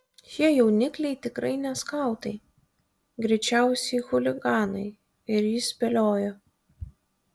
šie jaunikliai tikrai ne skautai greičiausiai chuliganai ir jis spėliojo